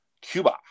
Cuba